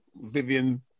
Vivian